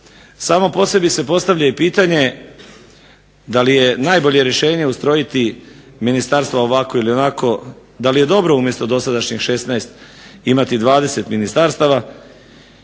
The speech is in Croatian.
Samo po sebi se postavlja i pitanje da li je najbolje rješenje ustrojiti ministarstva ovako ili onako, da li je dobro umjesto dosadašnjih 16 imati 20 ministarstava?